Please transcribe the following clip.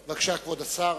בבקשה, כבוד השר.